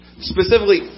specifically